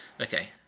Okay